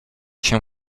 się